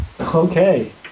Okay